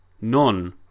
None